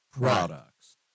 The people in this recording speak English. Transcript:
products